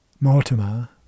Mortimer